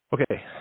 Okay